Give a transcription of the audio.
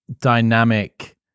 dynamic